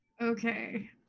Okay